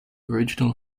original